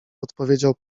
odpowiedział